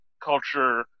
culture